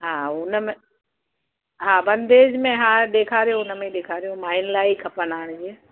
हा उन में हा बंधेज में हा ॾेखारियो उन में ॾेखारियो माइयुनि लाइ ई खपनि हाणे जीअं